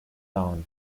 gown